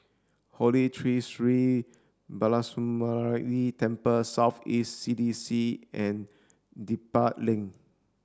Holy Tree Sri Balasubramaniar Temple South East C D C and Dedap Link